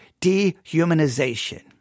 dehumanization